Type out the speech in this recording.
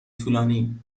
طولانی